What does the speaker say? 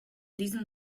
diesem